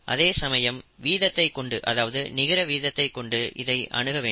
அதேசமயம் வீதத்தை கொண்டு அதாவது நிகர வீதத்தை கொண்டு இதை அணுக வேண்டும்